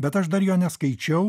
bet aš dar jo neskaičiau